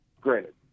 granted